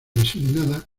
designada